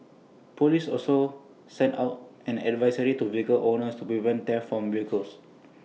Police also sent out an advisory to vehicle owners to prevent theft from vehicles